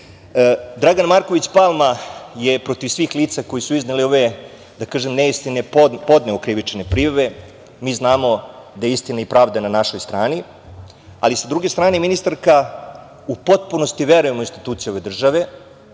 Marković Palma je protiv svih lica koja su iznela ove neistine podneo krivične prijave. Znamo da je istina i pravda na našoj strani, ali sa druge strane, ministarka u potpunosti verujemo u institucije države